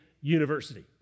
University